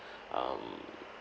um